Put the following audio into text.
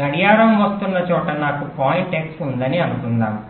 గడియారం వస్తున్న చోట నాకు పాయింట్ x ఉందని అనుకుందాము